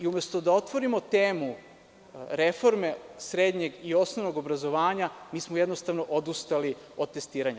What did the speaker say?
Umesto da otvorimo temu reforme srednjeg i osnovnog obrazovanja, mi smo jednostavno odustali od testiranja.